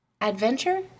Adventure